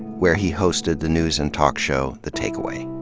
where he hosted the news and talk show, the takeaway.